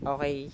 Okay